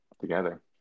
together